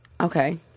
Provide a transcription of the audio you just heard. Okay